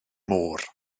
môr